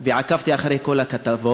בערוץ 1 ועקבתי אחרי כל הכתבות.